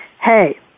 hey